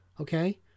Okay